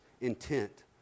intent